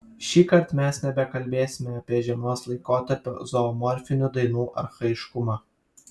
šįkart mes nebekalbėsime apie žiemos laikotarpio zoomorfinių dainų archaiškumą